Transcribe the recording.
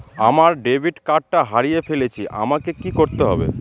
আমার ডেবিট কার্ডটা হারিয়ে ফেলেছি আমাকে কি করতে হবে?